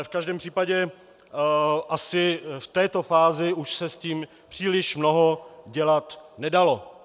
V každém případě asi v této fázi už se s tím příliš mnoho dělat nedalo.